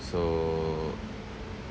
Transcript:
so